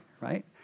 right